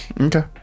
Okay